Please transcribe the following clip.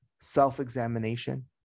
self-examination